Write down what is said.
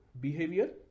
behavior